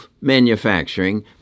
manufacturing